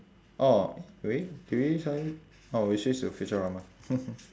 orh really did we suddenly oh we switched to futurama